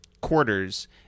quarters